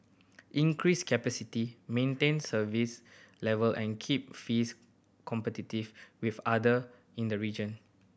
increase capacity maintain service level and keep fees competitive with other in the region